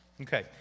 Okay